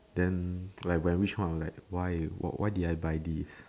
then when when I reach home I will like why why did I buy this